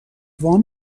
وام